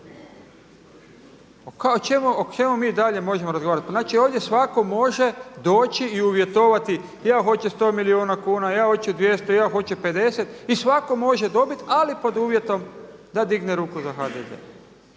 O čemu mi dalje možemo razgovarati? Znači ovdje svako može doći i uvjetovati ja hoću 100 milijuna kuna, ja hoću 200, ja hoću 50 i svako može dobiti ali pod uvjetom da digne ruku za HDZ.